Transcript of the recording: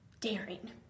daring